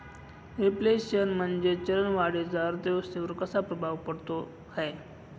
Reflation म्हणजे चलन वाढीचा अर्थव्यवस्थेवर कसा प्रभाव पडतो है?